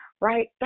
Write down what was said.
right